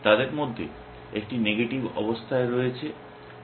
তাদের মধ্যে একটি নেগেটিভ অবস্থায় রয়েছে